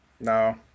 No